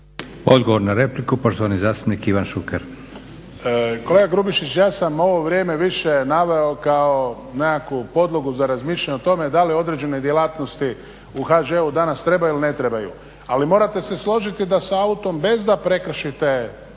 Odgovor na repliku, poštovani zastupnik Ivan Šuker. **Šuker, Ivan (HDZ)** Kolega Grubišić, ja sam ovo vrijeme više naveo kao nekakvu podlogu za razmišljanje o tome da li određene djelatnosti u HŽ-u danas trebaju ili ne trebaju ali morate se složiti da s autom bez da prekršite